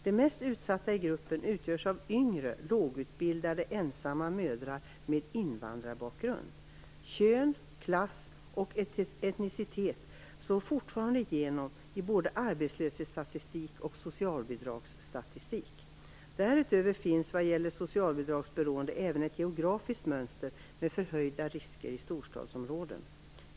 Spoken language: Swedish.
De mest utsatta i gruppen utgörs av yngre, lågutbildade ensamma mödrar med invandrarbakgrund. Kön, klass och etnicitet slår fortfarande igenom i både arbetslöshetsstatistik och socialbidragsstatistik. Därutöver finns vad gäller socialbidragsberoende även ett geografiskt mönster med förhöjda risker i storstadsområden.